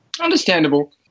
understandable